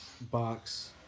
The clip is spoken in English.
Box